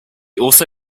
also